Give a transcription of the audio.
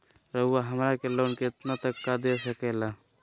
रउरा हमरा के लोन कितना तक का दे सकेला?